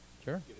sure